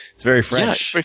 it's very fresh.